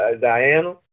Diana